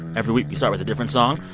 every week, we start with a different song.